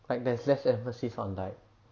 like there's less emphasis on like